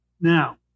Now